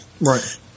Right